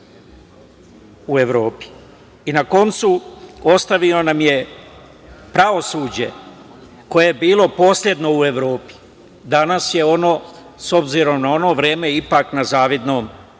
u Evropi. Na koncu, ostavio nam je pravosuđe koje je bilo poslednje u Evropi, a danas je ono, s obzirom na ono vreme, ipak na zavidnom